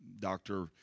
doctor